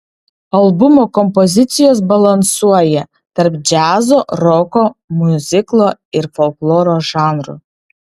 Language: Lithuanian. albumo kompozicijos balansuoja tarp džiazo roko miuziklo ir folkloro žanrų